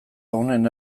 honen